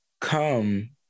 come